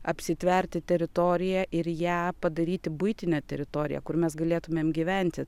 apsitverti teritoriją ir ją padaryti buitine teritorija kur mes galėtumėm gyventi